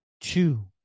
Two